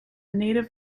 native